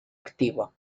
activo